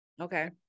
Okay